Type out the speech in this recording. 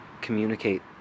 communicate